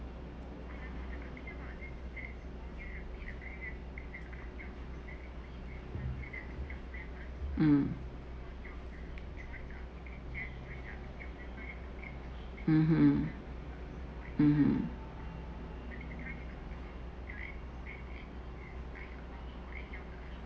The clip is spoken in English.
um mmhmm mmhmm